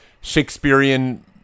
Shakespearean